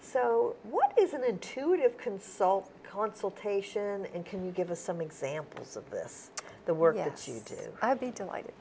so what is an intuitive consult consultation and can you give us some examples of this the work i would be delighted